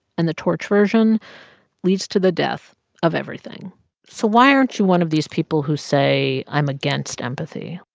and the torch version leads to the death of everything so why aren't you one of these people who say, i'm against empathy?